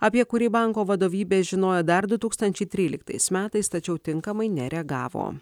apie kurį banko vadovybė žinojo dar du tūkstančiai tryliktais metais tačiau tinkamai nereagavo